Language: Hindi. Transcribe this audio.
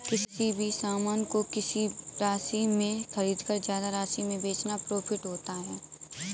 किसी भी सामान को किसी राशि में खरीदकर ज्यादा राशि में बेचना प्रॉफिट होता है